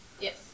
Yes